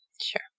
Sure